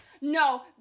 no